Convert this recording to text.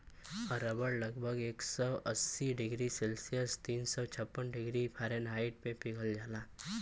रबड़ लगभग एक सौ अस्सी डिग्री सेल्सियस तीन सौ छप्पन डिग्री फारेनहाइट पे पिघल जाला